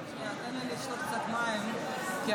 דבריי אני רוצה לפתוח בזה שאני משתתפת בצערם של אזרחי